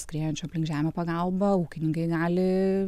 skriejančių aplink žemę pagalba ūkininkai gali